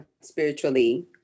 spiritually